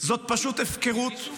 זאת פשוט הפקרות,